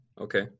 Okay